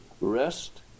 Rest